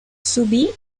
subì